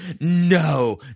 No